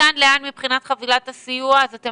מכאן לאן מבחינת חבילת הסיוע - אז אתם